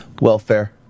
Welfare